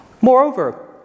Moreover